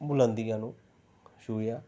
ਬੁਲੰਦੀਆਂ ਨੂੰ ਛੂਹਿਆ